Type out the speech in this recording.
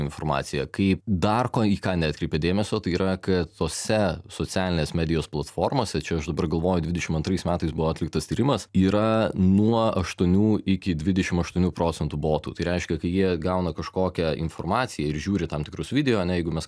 informaciją kaip dar ko į ką neatkreipėt dėmesio tai yra kad tose socialinės medijos platformose čia aš dabar galvoju dvidešim antrais metais buvo atliktas tyrimas yra nuo aštuonių iki dvidešim aštuonių procentų botų tai reiškia kai jie gauna kažkokią informaciją ir žiūri tam tikrus video ane jeigu mes